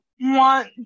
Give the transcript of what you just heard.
want